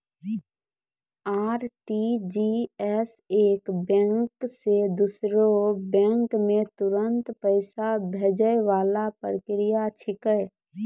RTGS एक bank से दूसरो बैंक मे तुरंत पैसा भैजै वाला प्रक्रिया छिकै